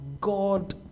God